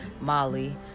Molly